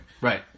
Right